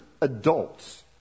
adults